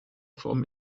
form